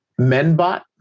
Menbot